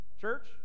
church